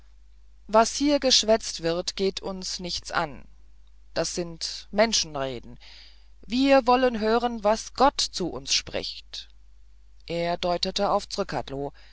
was hier geschwätzt wird geht uns nichts an das sind menschenreden wir wollen hören was gott zu uns spricht er deutete auf